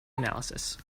analysis